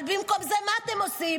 אבל במקום זה מה אתם עושים?